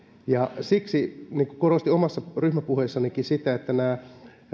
siksi korostin omassa ryhmäpuheessanikin sitä että nämä